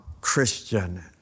Christian